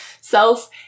Self